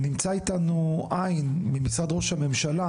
נמצא אתנו ע' ממשרד ראש הממשלה,